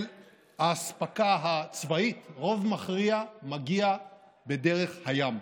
של האספקה הצבאית, רוב מכריע מגיע בדרך הים.